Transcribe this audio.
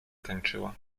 tańczyła